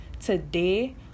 today